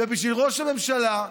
ובשביל ראש הממשלה,